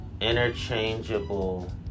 Interchangeable